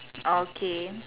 orh K